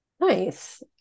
Nice